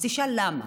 אז תשאל למה.